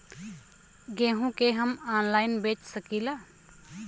गेहूँ के हम ऑनलाइन बेंच सकी ला?